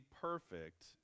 perfect